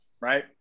right